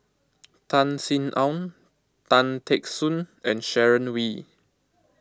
Tan Sin Aun Tan Teck Soon and Sharon Wee